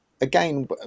again